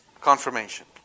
confirmation